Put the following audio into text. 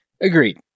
Agreed